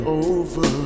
over